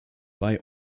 bei